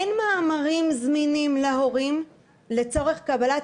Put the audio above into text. אין מאמרים זמינים להורים לצורך קבלת